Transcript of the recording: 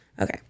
Okay